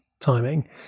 timing